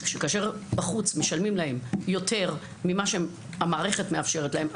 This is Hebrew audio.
כאשר בחוץ משלמים להם יותר ממה שהמערכת מאפשרת להם,